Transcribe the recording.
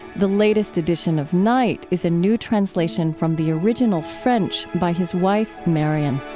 the latest edition of night is a new translation from the original french by his wife, marion.